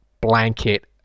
blanket